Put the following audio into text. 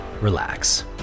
relax